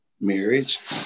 marriage